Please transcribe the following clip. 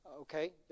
Okay